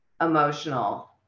emotional